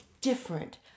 different